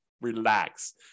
relax